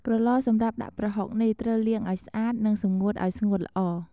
ក្រឡសម្រាប់ដាក់ប្រហុកនេះ ត្រូវលាងឱ្យស្អាត និងសម្ងួតឱ្យស្ងួតល្អ។